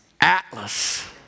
Atlas